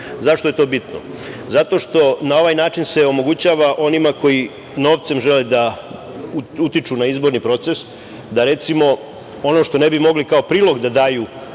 je to bitno? Zato što na ovaj način se omogućava onima koji novcem žele da utiču na izborni proces da recimo ono što ne bi mogli kao prilog da daju